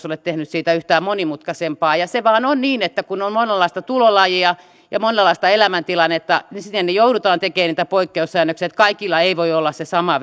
ole tehnyt siitä yhtään monimutkaisempaa se vain on niin että kun on monenlaista tulolajia ja monenlaista elämäntilannetta niin joudutaan tekemään niitä poikkeussäännöksiä kaikilla ei voi olla se sama